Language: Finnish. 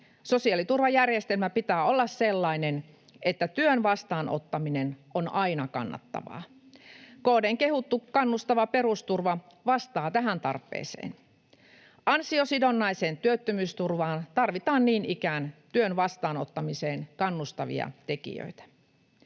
Sosiaaliturvajärjestelmän pitää olla sellainen, että työn vastaanottaminen on aina kannattavaa. KD:n kehuttu kannustava perusturva vastaa tähän tarpeeseen. Ansiosidonnaiseen työttömyysturvaan tarvitaan niin ikään työn vastaanottamiseen kannustavia tekijöitä.